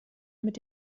mit